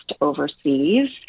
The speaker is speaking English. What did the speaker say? overseas